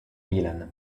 milan